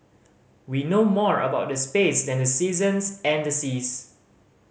we know more about space than the seasons and the seas